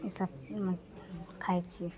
ईसब खाइ छिए